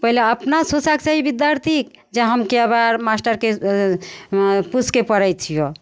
पहिले अपना सोचैके चाही विद्यार्थीके जे हम कै बेर मास्टरके पूछिके पढ़ै छिअऽ